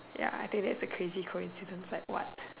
ya I think that's a crazy coincidence like what